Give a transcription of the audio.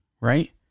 Right